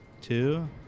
two